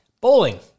Bowling